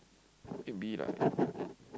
it'll be like